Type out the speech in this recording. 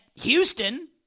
Houston